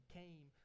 came